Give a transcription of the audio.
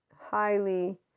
highly